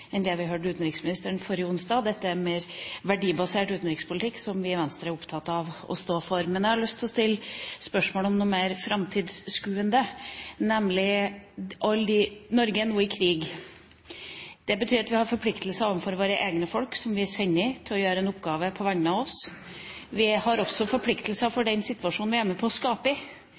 enn det vi hørte utenriksministeren si forrige onsdag. Dette er mer verdibasert utenrikspolitikk, som vi i Venstre er opptatt av og står for. Jeg har lyst til å stille spørsmål om noe mer framtidsskuende, nemlig at Norge nå er i krig. Det betyr at vi har forpliktelser overfor våre egne folk som vi sender for å gjøre en oppgave på vegne av oss. Vi har også forpliktelser når det gjelder den situasjonen vi er med på å skape. I